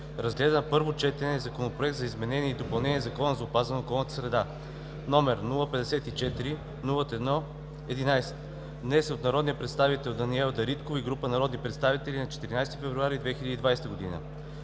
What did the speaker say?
разгледа на първо четене Законопроект за изменение и допълнение на Закона за опазване на околната среда, № 054-01-11, внесен от народния представител Даниела Дариткова и група народни представители на 14 февруари 2020 г.